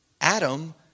Adam